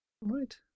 right